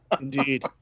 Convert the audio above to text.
Indeed